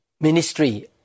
ministry